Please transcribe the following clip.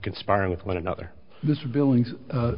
conspiring with one another this billings